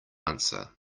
answer